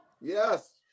Yes